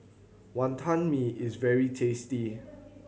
Wantan Mee is very tasty